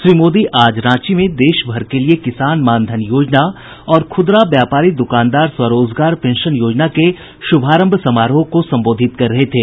श्री मोदी आज रांची में देश भर के लिए किसान मानधन योजना और खुदरा व्यापारी द्रकानदार स्वरोजगार पेंशन योजना के शुभारंभ समारोह को संबोधित कर रहे थे